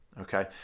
Okay